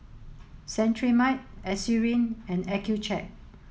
Cetrimide Eucerin and Accucheck